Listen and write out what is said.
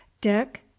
dick